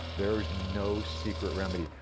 there's no secret remedy.